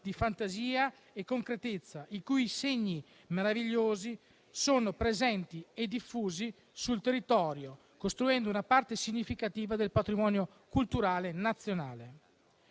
di fantasia e concretezza, i cui segni meravigliosi sono presenti e diffusi sul territorio, costruendo una parte significativa del patrimonio culturale nazionale.